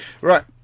Right